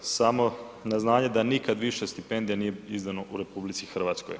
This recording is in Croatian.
Samo na znanje da nikad više stipendija nije izdano u RH.